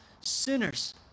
sinners